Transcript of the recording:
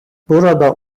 burada